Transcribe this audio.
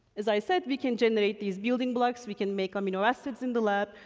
as i said, we can generate these building blocks, we can make amino acids in the lab,